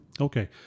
okay